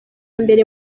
mbere